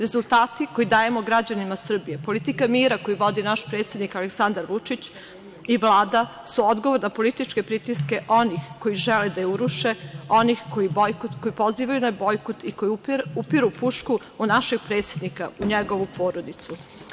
Rezultati koje dajemo građanima Srbije, politika mira koju vodi naš predsednik Aleksandar Vučić i Vlada su odgovor na političke pritiske onih koji žele da je uruše, onih koji pozivaju na bojkot i koji upiru pušku u našeg predsednika, u njegovu porodicu.